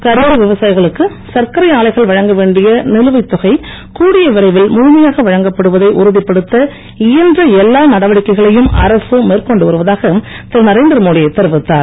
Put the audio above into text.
கரும்பு விவசாயிகளுக்கு சர்க்கரை ஆலைகள் வழங்க வேண்டிய நிலுவை தொகை கூடிய விரைவில் முழுமையாக வழங்கப்படுவதை உறுதிப்படுத்த இயன்ற எல்லா நடவடிக்கைகளையும் அரசு மேற்கொண்டு வருவதாக திரு நரேந்திரமோடி தெரிவித்தார்